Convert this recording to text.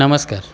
नमस्कार